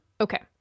Okay